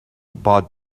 باد